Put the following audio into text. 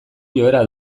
joera